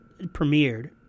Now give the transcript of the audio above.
premiered